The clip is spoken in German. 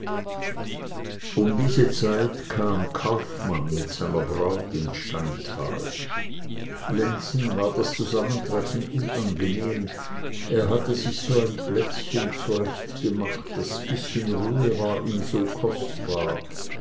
um diese zeit kam kaufmann mit seiner braut ins steintal lenzen war anfangs das zusammentreffen unangenehm er hatte sich so ein plätzchen zurechtgemacht das bißchen ruhe war ihm so kostbar